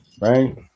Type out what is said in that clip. right